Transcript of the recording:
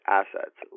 assets